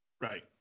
Right